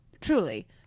truly